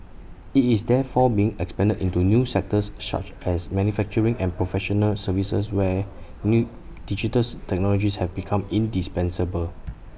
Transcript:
IT is therefore being expanded into new sectors such as manufacturing and professional services where new digital technologies have become indispensable